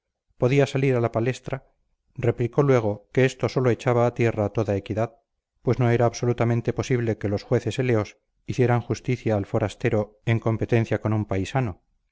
podía salir a la palestra replicó luego que esto sólo echaba a tierra toda equidad pues no era absolutamente posible que los jueces eleos hicieran justicia al forastero en competencia con un paisano